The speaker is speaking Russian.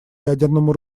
ядерному